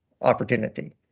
opportunity